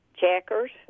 Checkers